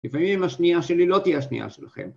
לפעמים השנייה שלי לא תהיה השנייה שלכם.